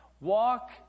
Walk